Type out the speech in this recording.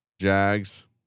Jags